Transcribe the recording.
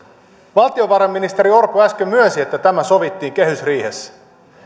valtiovarainministeri orpo äsken myönsi että tämä sovittiin kehysriihessä